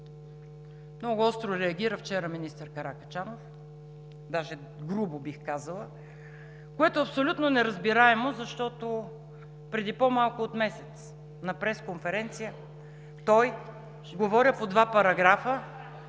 много остро реагира министър Каракачанов, даже грубо бих казала, което е абсолютно неразбираемо, защото преди по-малко от месец на пресконференция той… (Реплика от народния